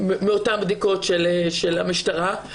באותן בדיקות של המשטרה,